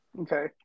Okay